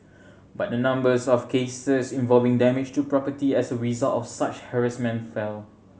but the numbers of cases involving damage to property as a result of such harassment fell